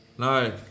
No